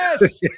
yes